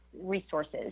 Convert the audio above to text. resources